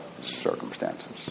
circumstances